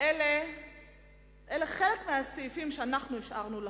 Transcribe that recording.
אלה חלק מהסעיפים שהשארנו לכם,